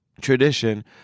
tradition